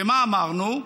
מה אמרנו?